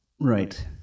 right